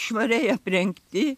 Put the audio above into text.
švariai aprengti